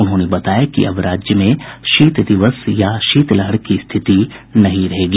उन्होंने बताया कि अब राज्य में शीत दिवस या शीत लहर की स्थिति नहीं रहेगी